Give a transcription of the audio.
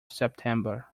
september